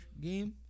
game